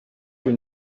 your